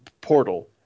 Portal